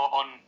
on